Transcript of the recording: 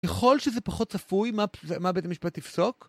ככל שזה פחות צפוי, מה בית המשפט יפסוק?